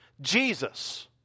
Jesus